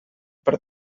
per